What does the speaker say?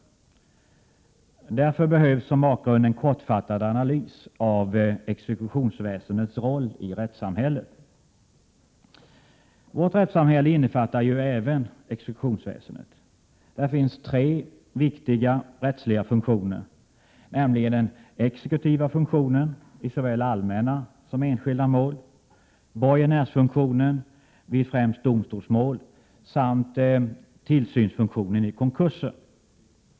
Därför behövs som bakgrund en kortfattad analys av exekutionsväsendets roll i rättssamhället. Vårt rättsamhälle innefattar ju även exekutionsväsendet. Där finns tre viktiga rättsliga funktioner, nämligen den exekutiva funktionen i såväl allmänna som enskilda mål, borgenärsfunktionen vid främst domstolsmål samt tillsynsfunktionen vid konkurser.